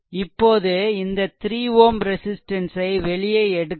இப்போது இந்த 3 Ω ரெசிஸ்ட்டன்ஸ் ஐ வெளியே எடுக்கவும்